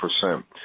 percent